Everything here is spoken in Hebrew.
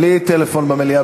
בלי טלפון במליאה,